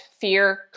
fear